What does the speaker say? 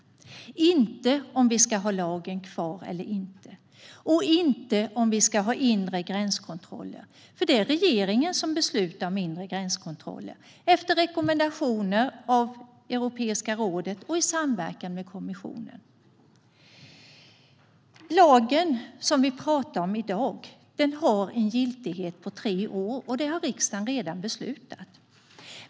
Den gäller inte om vi ska ha lagen kvar eller inte. Den gäller inte heller om vi ska ha inre gränskontroller, eftersom det är regeringen som beslutar om inre gränskontroller efter rekommendationer från Europeiska rådet och i samverkan med kommissionen. Den lag som vi talar om i dag har en giltighet på tre år, och det har riksdagen redan beslutat om.